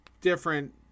different